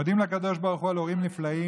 אנחנו מודים לקדוש ברוך הוא על הורים נפלאים.